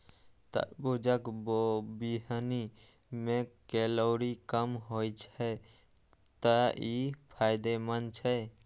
तरबूजक बीहनि मे कैलोरी कम होइ छै, तें ई फायदेमंद छै